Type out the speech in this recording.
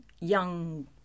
young